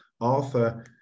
Arthur